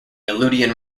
aleutian